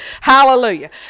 hallelujah